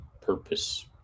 purpose